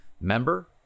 member